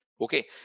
okay